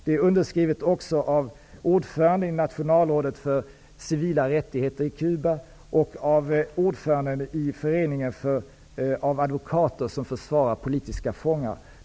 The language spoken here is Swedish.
Men han är också ordföranden i Nationalrådet för civila rättigheter på Cuba och av ordföranden i föreningen av advokater som försvarar politiska fångar.